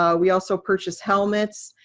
um we also purchased helmets.